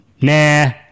nah